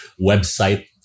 website